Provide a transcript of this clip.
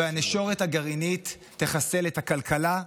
והנשורת הגרעינית תחסל את הכלכלה,